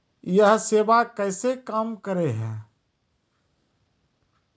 यह सेवा कैसे काम करै है?